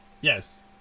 Yes